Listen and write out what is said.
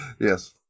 Yes